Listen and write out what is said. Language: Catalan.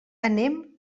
anem